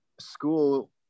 school